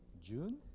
June